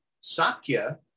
Sakya